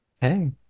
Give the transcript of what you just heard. Hey